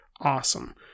awesome